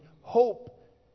hope